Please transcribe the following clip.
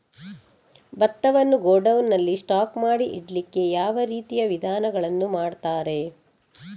ಭತ್ತವನ್ನು ಗೋಡೌನ್ ನಲ್ಲಿ ಸ್ಟಾಕ್ ಮಾಡಿ ಇಡ್ಲಿಕ್ಕೆ ಯಾವ ರೀತಿಯ ವಿಧಾನಗಳನ್ನು ಮಾಡ್ತಾರೆ?